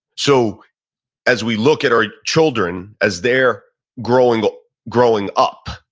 so as we look at our children as they're growing growing up,